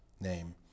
name